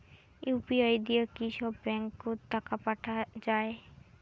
UPI দিয়া কি সব ব্যাংক ওত টাকা পাঠা যায়?